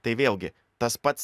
tai vėlgi tas pats